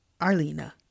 Arlena